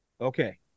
Okay